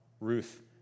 Ruth